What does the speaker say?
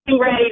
ready